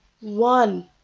one